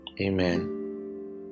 Amen